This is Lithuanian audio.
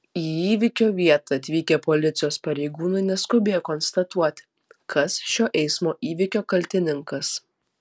į įvykio vietą atvykę policijos pareigūnai neskubėjo konstatuoti kas šio eismo įvykio kaltininkas